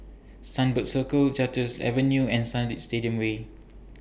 Sunbird Circle Duchess Avenue and Stadium Way